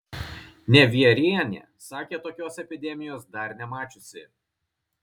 nevierienė sako tokios epidemijos dar nemačiusi